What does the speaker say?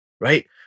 right